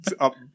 up